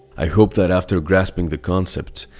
i hope that, after grasping the concept,